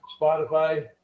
Spotify